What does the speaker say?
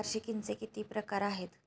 वार्षिकींचे किती प्रकार आहेत?